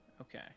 Okay